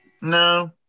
No